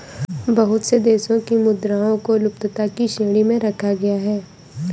बहुत से देशों की मुद्राओं को लुप्तता की श्रेणी में रखा गया है